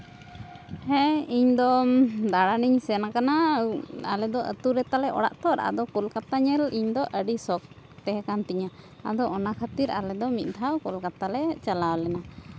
ᱦᱮᱸ ᱤᱧᱫᱚ ᱫᱟᱬᱟᱱᱤᱧ ᱥᱮᱱ ᱠᱟᱱᱟ ᱟᱞᱮ ᱫᱚ ᱟᱛᱳ ᱨᱮᱛᱟᱞᱮ ᱚᱲᱟᱜ ᱛᱚ ᱟᱫᱚ ᱠᱳᱞᱠᱟᱛᱟ ᱧᱮᱞ ᱤᱧᱫᱚ ᱟᱹᱰᱤ ᱥᱚᱠᱷ ᱛᱟᱦᱮᱸ ᱠᱟᱱ ᱛᱤᱧᱟ ᱟᱫᱚ ᱚᱱᱟ ᱠᱷᱟᱹᱛᱤᱨ ᱟᱞᱮ ᱫᱚ ᱢᱤᱫ ᱫᱷᱟᱣ ᱠᱳᱞᱠᱟᱛᱟᱞᱮ ᱪᱟᱞᱟᱣ ᱞᱮᱱᱟ